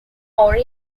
are